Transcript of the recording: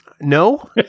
No